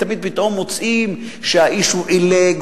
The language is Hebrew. תמיד פתאום מוצאים שהאיש הוא עילג,